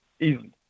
easily